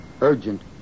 urgent